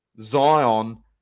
Zion